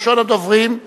ראשון הדוברים,